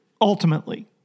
ultimately